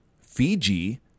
Fiji